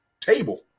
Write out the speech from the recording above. table